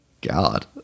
God